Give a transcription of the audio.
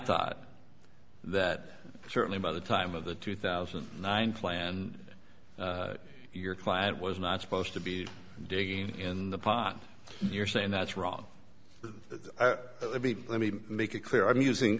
thought that certainly by the time of the two thousand and nine plan your client was not supposed to be digging in the pot you're saying that's wrong let me let me make it clear i'm using